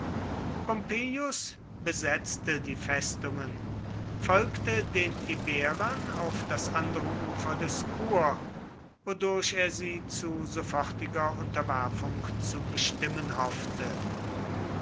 pompeius besetzte die festungen und folgte den iberern auf das andere ufer des kur wodurch er sie zu sofortiger unterwerfung zu bestimmen hoffte